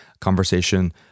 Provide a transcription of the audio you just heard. conversation